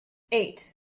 eight